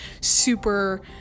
super